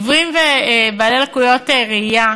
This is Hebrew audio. עיוורים ובעלי לקויות ראייה,